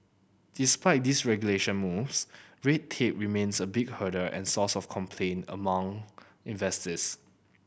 despite deregulation moves red tape remains a big hurdle and source of complaint among investors